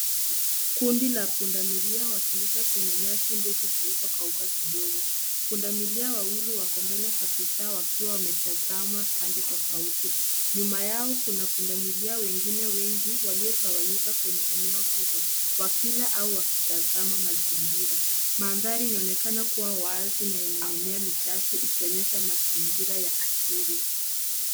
Kundi la pundamilia wakilishwa kwenye nyasi ndefu zilizokauka kidogo. Pundamilia wawili wako mbele kabisa wakiwa wametazama pande tofauti. Nyuma yao kuna pundamilia wengine wengi waliotawanyika kwenye eneo hilo wakila au wakitazama mazingira. Mandhari inaonekana kuwa wazi na yenye mimea michache ikionyesha mazingira ya asili.